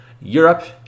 Europe